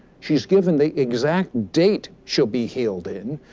she's given the exact date she'll be healed in.